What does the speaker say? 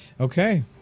Okay